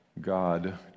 God